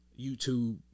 YouTube